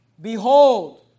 Behold